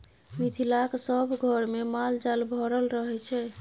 मिथिलाक सभ घरमे माल जाल भरल रहय छै